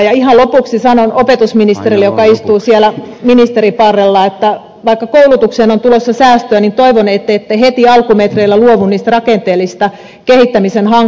ja ihan lopuksi sanon opetusministerille joka istuu siellä ministeriparrella että vaikka koulutukseen on tulossa säästöjä niin toivon että ette heti alkumetreillä luovu niistä rakenteellisista kehittämishankkeista